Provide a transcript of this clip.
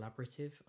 collaborative